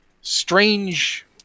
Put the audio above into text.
strange